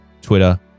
Twitter